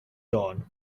dawn